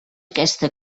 aquesta